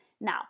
now